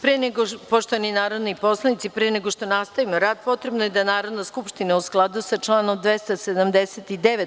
Poštovani narodni poslanici, pre nego što nastavimo rad, potrebno je da Narodna skupština, u skladu sa članom 279.